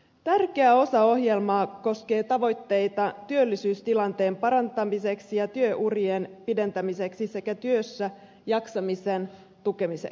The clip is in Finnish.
tärkeä osa ohjelmaa koskee tavoitteita työllisyystilanteen parantamiseksi ja työurien pidentämiseksi sekä työssäjaksamisen tukemiseksi